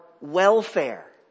welfare